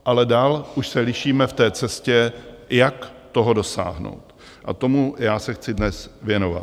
Ale dál už se lišíme v té cestě, jak toho dosáhnout, a tomu já se chci dnes věnovat.